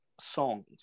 songs